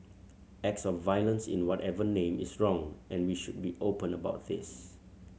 acts of violence in whatever name is wrong and we should be open about this